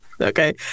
Okay